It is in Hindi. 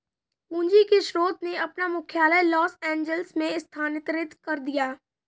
पूंजी के स्रोत ने अपना मुख्यालय लॉस एंजिल्स में स्थानांतरित कर दिया